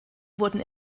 wurden